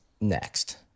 next